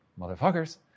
motherfuckers